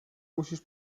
musisz